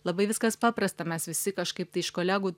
labai viskas paprasta mes visi kažkaip tai iš kolegų